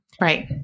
Right